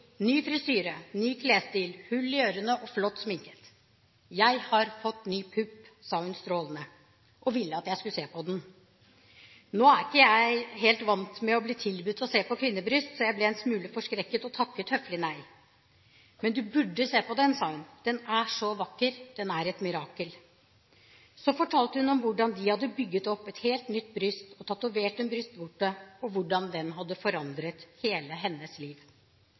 frisyre, ny klesstil, hull i ørene og flott sminket! Jeg har fått ny pupp, sa hun strålende og ville at jeg skulle se på den. Nå er ikke jeg helt vant med å bli tilbudt å se på kvinnebryst, så jeg ble en smule forskrekket og takket høflig nei. Men du burde se på den, sa hun, den er så vakker, den er et mirakel. Så fortalte hun om hvordan de hadde bygget opp et helt nytt bryst og tatovert en brystvorte, og hvordan dette hadde forandret hele hennes liv.